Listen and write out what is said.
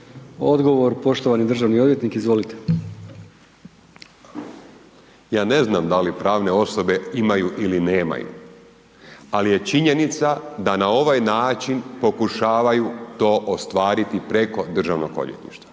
Odgovor, poštovani državno odvjetnik, izvolite. **Jelenić, Dražen** Ja ne znam da li pravne osobe imaju ili nemaju, ali je činjenica da nam ovaj način pokušavaju to ostvariti preko Državnog odvjetništva